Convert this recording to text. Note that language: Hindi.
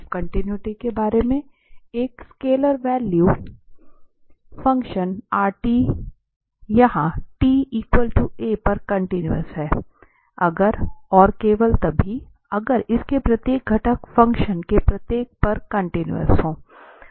अब कॉन्टिनुइटी के बारे में एक वेक्टर वैल्यू फंक्शन यह t a पर कन्टीन्यूस है अगर और केवल तभी अगर इसके प्रत्येक घटक फ़ंक्शन के प्रत्येक पर कन्टीन्यूस हों